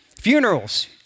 Funerals